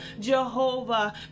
Jehovah